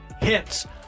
hits